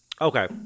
Okay